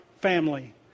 family